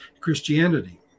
Christianity